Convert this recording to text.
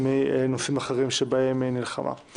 מנושאים אחרים שבהם היא נלחמה.